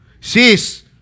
Sis